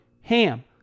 HAM